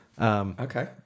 Okay